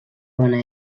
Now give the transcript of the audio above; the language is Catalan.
bona